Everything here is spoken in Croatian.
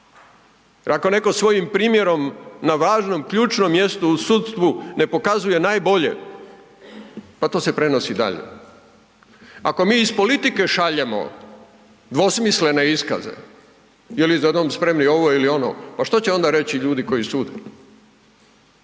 ako neko svojim primjerom na važnom ključnom mjestu u sudstvu ne pokazuje najbolje pa to se prenosi dalje. Ako mi iz politike šaljemo dvosmislene iskaze ili „Za dom spremni“ ovo ili ono, pa što će onda reći ljudi koji sude?